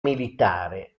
militare